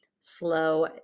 slow